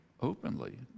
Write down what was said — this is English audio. openly